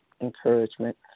encouragement